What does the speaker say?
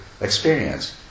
experience